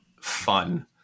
fun